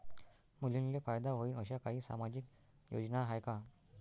मुलींले फायदा होईन अशा काही सामाजिक योजना हाय का?